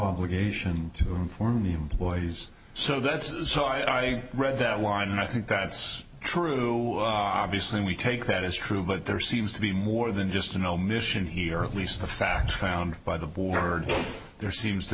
obligation to inform the employees so that's so i read that one and i think that's true obviously we take that as true but there seems to be more than just an omission here at least the fact found by the board there seems to